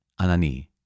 Anani